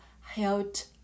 held